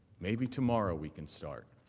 maybe tomorrow we can start.